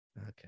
Okay